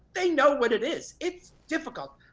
they know what it is, it's difficult.